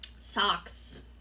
Socks